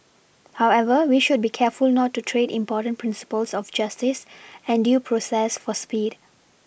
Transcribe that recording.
however we should be careful not to trade important Principles of justice and due process for speed